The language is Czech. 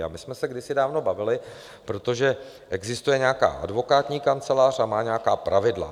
A my jsme se kdysi dávno bavili, protože existuje nějaká advokátní kancelář a má nějaká pravidla.